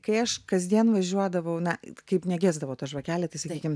kai aš kasdien važiuodavau na kaip negesdavo ta žvakelė tai sakykim